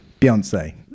Beyonce